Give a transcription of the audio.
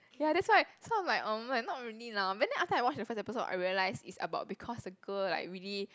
ya that's why so I'm like um might not really lah when then after I watch the first episode I realize is about because the girl like really